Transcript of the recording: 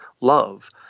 love